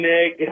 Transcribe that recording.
Nick